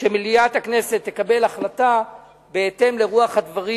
שמליאת הכנסת תקבל החלטה בהתאם לרוח הדברים